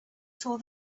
saw